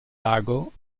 lago